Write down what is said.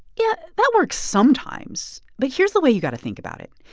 yeah, that works sometimes. but here's the way you got to think about it.